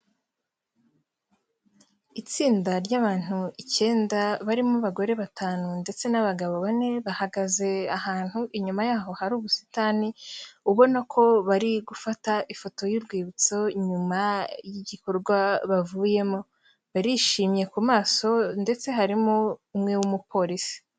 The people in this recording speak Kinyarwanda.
Itsinda ry'abantu icyenda barimo abagore batanu ndetse n'abagabo bane, bahagaze ahantu inyuma yaho hari ubusitani ubona ko bari gufata ifoto y'urwibutso nyuma y'igikorwa bavuyemo. Barishimye ku maso ndetse harimo umwe w'umupolisi.